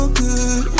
good